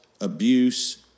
abuse